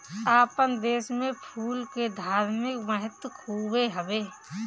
आपन देस में फूल के धार्मिक महत्व खुबे हवे